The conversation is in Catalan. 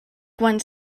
quan